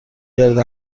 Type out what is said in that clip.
گرد